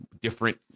different